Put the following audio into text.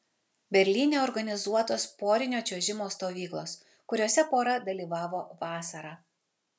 berlyne organizuotos porinio čiuožimo stovyklos kuriose pora dalyvavo vasarą